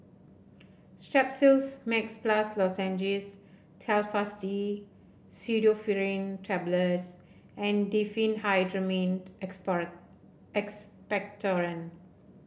Strepsils Max Plus Lozenges Telfast D Pseudoephrine Tablets and Diphenhydramine Expectorant